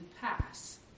pass